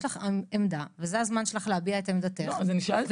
יש לך עמדה וזה הזמן שלך להביע את עמדתך ולשאול,